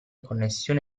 connessione